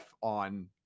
on